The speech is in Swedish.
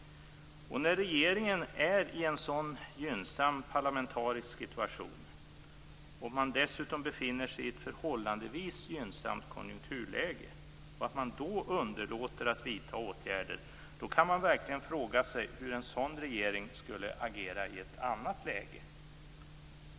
Att regeringen, när den är i en sådan gynnsam parlamentarisk situation och dessutom befinner sig i ett förhållandevis gynnsamt konjunkturläge, underlåter att vidta åtgärder leder till att man frågar sig hur en sådan regering skulle agera i ett annat läge.